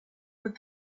but